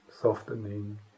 softening